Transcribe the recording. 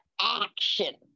action